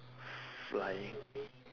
flying